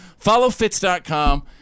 followfitz.com